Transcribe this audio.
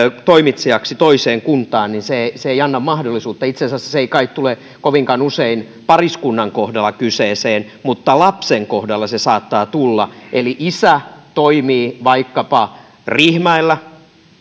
toimitsijaksi toiseen kuntaan niin se se ei anna mahdollisuutta itse asiassa se ei kai tule kovinkaan usein pariskunnan kohdalla kyseeseen mutta lapsen kohdalla se saattaa tulla eli jos isä toimii vaikkapa riihimäellä